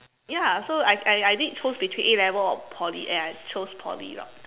ya so I I I did choose between A-level or Poly and I chose Poly route